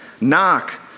Knock